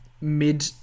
mid